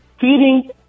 feeding